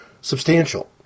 substantial